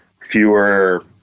fewer